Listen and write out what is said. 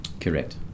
Correct